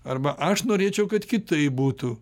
arba aš norėčiau kad kitaip būtų